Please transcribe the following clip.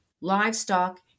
livestock